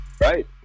Right